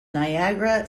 niagara